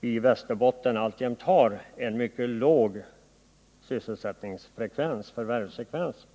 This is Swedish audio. vi i Västerbotten har en mycket låg förvärvsfrekvens.